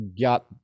got